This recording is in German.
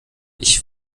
ich